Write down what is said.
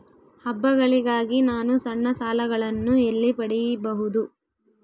ಹಬ್ಬಗಳಿಗಾಗಿ ನಾನು ಸಣ್ಣ ಸಾಲಗಳನ್ನು ಎಲ್ಲಿ ಪಡಿಬಹುದು?